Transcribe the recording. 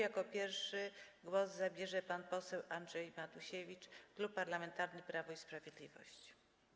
Jako pierwszy głos zabierze pan poseł Andrzej Matusiewicz, Klub Parlamentarny Prawo i Sprawiedliwość.